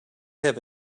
have